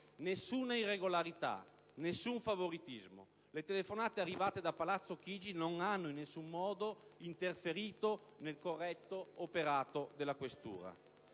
Nessuna irregolarità, nessun favoritismo. Le telefonate arrivate da palazzo Chigi non hanno in alcun modo interferito, né corretto l'operato della questura.